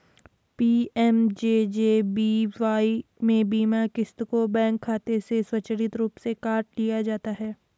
PMJJBY में बीमा क़िस्त को बैंक खाते से स्वचालित रूप से काट लिया जाता है